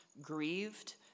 grieved